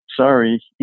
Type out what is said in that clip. sorry